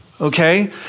okay